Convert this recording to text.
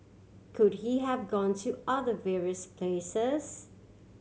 could he have gone to other various places